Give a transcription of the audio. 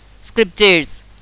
scriptures